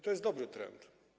To jest dobry trend.